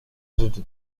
rzeczy